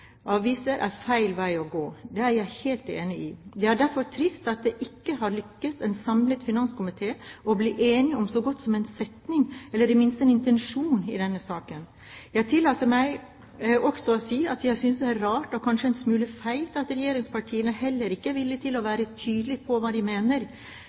aviser er feil vei å gå. Det er jeg helt enig i. Det er derfor trist at det ikke har lyktes en samlet finanskomité å bli enig om så godt som en setning – eller i det minste en intensjon – i denne saken. Jeg tillater meg også å si at jeg synes det er rart og kanskje en smule feigt at regjeringspartiene heller ikke er villig til å være tydelige på hva de mener.